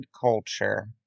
culture